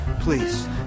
Please